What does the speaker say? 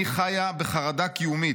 אני חיה בחרדה קיומית.